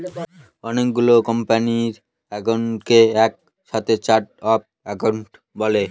অনেকগুলো কোম্পানির একাউন্টকে এক সাথে চার্ট অফ একাউন্ট বলে